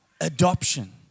adoption